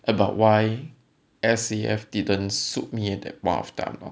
about why S_A_F didn't suit me at that part of time lor